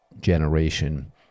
generation